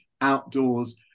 outdoors